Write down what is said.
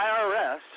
IRS